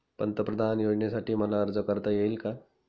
पंतप्रधान योजनेसाठी मला अर्ज करता येईल का?